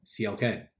CLK